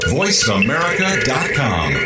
voiceamerica.com